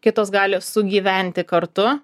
kitos gali sugyventi kartu